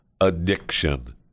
addiction